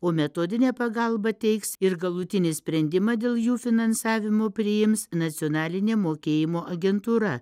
o metodinę pagalbą teiks ir galutinį sprendimą dėl jų finansavimo priims nacionalinė mokėjimo agentūra